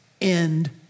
end